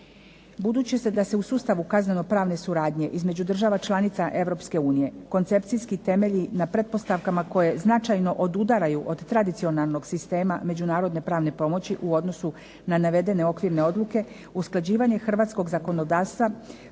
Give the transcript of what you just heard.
Budući da se u sustavu kazneno-pravne suradnje između država članica Europske unije koncepcijski temelji na pretpostavkama koje značajno odudaraju od tradicionalnog sistema međunarodne pravne pomoći u odnosu na navedene okvirne odluke usklađivanje hrvatskog zakonodavstva